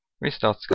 restart